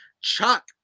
Chuck